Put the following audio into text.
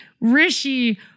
Rishi